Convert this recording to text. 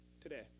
today